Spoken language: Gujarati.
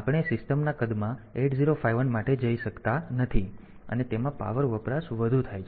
આપણે સિસ્ટમના કદમાં 8051 માટે જઈ શકતા નથી અને તેમાં પાવર વપરાશ વધુ થાય છે